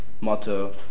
motto